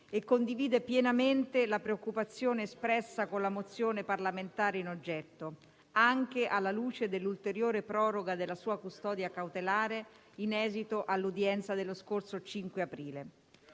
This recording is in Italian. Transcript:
e condivide pienamente la preoccupazione espressa con l'atto parlamentare in oggetto, anche alla luce dell'ulteriore proroga della sua custodia cautelare in esito all'udienza dello scorso 5 aprile.